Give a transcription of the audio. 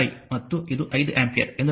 6I ಮತ್ತು ಇದು 5 ampere ಎಂದು ನೋಡಿ